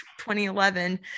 2011